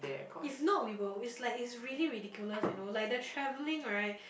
if not we will always like it's really ridiculous you know like the travelling right